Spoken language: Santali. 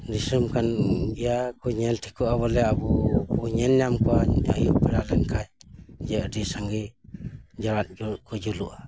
ᱫᱤᱥᱚᱢ ᱠᱟᱱ ᱜᱮᱭᱟ ᱠᱚ ᱧᱮᱞ ᱴᱷᱤᱠᱚᱜᱼᱟ ᱵᱚᱞᱮ ᱟᱵᱚ ᱵᱚᱱ ᱧᱮᱞ ᱧᱟᱢ ᱠᱚᱣᱟ ᱟᱭᱩᱵ ᱵᱮᱲᱟ ᱞᱮᱱ ᱠᱷᱟᱱ ᱡᱮ ᱟᱹᱰᱤ ᱥᱟᱸᱜᱮ ᱡᱟᱞᱟᱫ ᱡᱩᱞᱩᱫ ᱠᱚ ᱡᱩᱞᱩᱜᱼᱟ